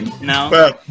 No